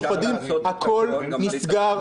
הכול נסגר.